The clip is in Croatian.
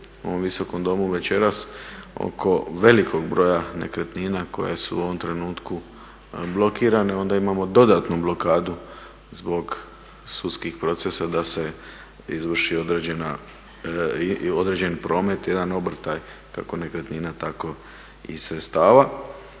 u ovom Visokom domu večeras oko velikog broja nekretnina koje su u ovom trenutku blokirane onda imamo dodatnu blokadu zbog sudskih procesa da se izvrši određeni promet, jedan … kako nekretnina tako i sredstava.